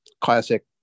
classic